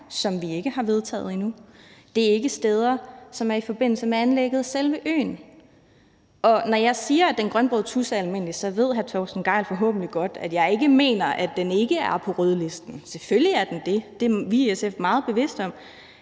som vi ikke har vedtaget endnu. Det er ikke steder, som er i forbindelse med anlægget af selve øen. Når jeg siger, at den grønbrogede tudse er almindelig, så ved hr. Torsten Gejl forhåbentlig godt, at jeg ikke mener, at den ikke er på rødlisten. Selvfølgelig er den det. Det er vi i SF meget bevidste om.